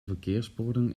verkeersborden